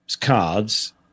cards